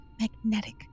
magnetic